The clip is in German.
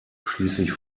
schließlich